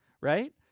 Right